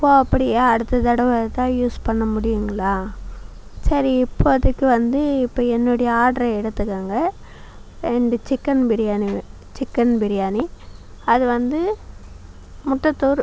ஓ அப்படியா அடுத்த தடவை தான் யூஸ் பண்ண முடியுங்களா சரி இப்போதைக்கி வந்து இப்போ என்னுடைய ஆட்ரை எடுத்துக்கங்கள் ரெண்டு சிக்கன் பிரியாணி சிக்கன் பிரியாணி அது வந்து முட்டை தூர்